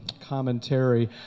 commentary